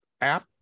App